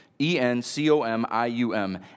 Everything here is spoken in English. E-N-C-O-M-I-U-M